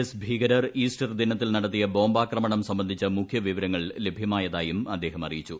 S ഭീകരർ Easter ദ്ദീനിത്തിൽ നടത്തിയ ബോംബാക്രമണം സംബന്ധിച്ച മുഖ്യവിവർങ്ങൾ ലഭ്യമായതായും അദ്ദേഹം അറിയിച്ചു